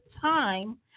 Time